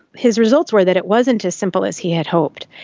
his results were that it wasn't as simple as he had hoped.